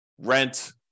rent